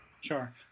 sure